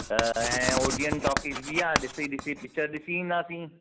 त ऐं Odeon talkies बि आहे ॾिसी ॾिसी पिचर ॾिसी ईंदासीं